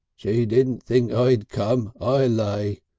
she didn't think i'd come, i lay,